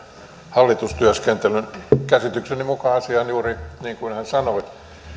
hallitustyöskentelyn käsitykseni mukaan asia on juuri niin kuin hän sanoi